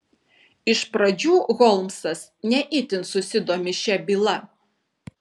iš pradžių holmsas ne itin susidomi šia byla